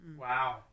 wow